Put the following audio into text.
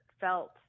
felt